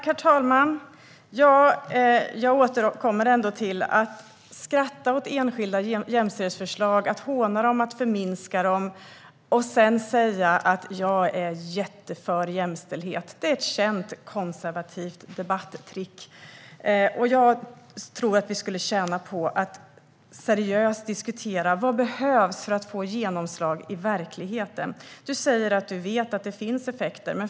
Herr talman! Jag återkommer ändå till att det är ett känt konservativt debattrick att skratta åt enskilda jämställdhetsförslag, håna dem och förminska dem och sedan säga: Jag är jättemycket för jämställdhet. Vi skulle tjäna på att seriöst diskutera: Vad behövs för att få genomslag i verkligheten? Du säger att du vet att det finns effekter.